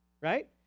right